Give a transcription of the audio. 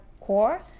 Core